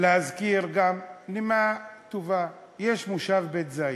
להזכיר גם בנימה טובה: יש מושב בית-זית.